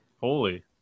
Holy